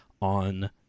on